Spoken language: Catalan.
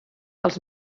els